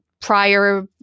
prior